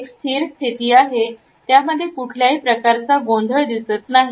ही एक स्थिर स्थिती आहे त्यामध्ये कुठल्याही प्रकारचे गोंधळ दिसत नाही